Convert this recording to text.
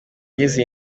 agize